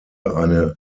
eine